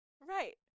Right